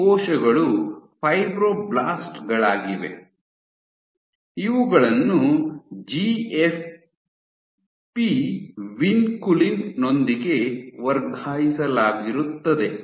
ಈ ಕೋಶಗಳು ಫೈಬ್ರೊಬ್ಲಾಸ್ಟ್ ಗಳಾಗಿವೆ ಇವುಗಳನ್ನು ಜಿಎಫ್ಪಿ ವಿನ್ಕುಲಿನ್ ನೊಂದಿಗೆ ವರ್ಗಾಯಿಸಲಾಗಿರುತ್ತದೆ